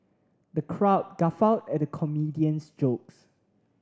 the crowd guffawed at the comedian's jokes